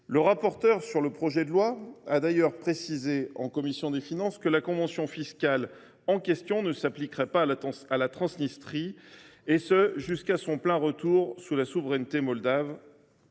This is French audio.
Le rapporteur du projet de loi a d’ailleurs précisé, en commission des finances, que la convention fiscale ne s’appliquerait pas à la Transnistrie, et ce jusqu’à son plein retour sous la souveraineté moldave.